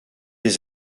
les